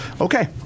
Okay